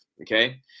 Okay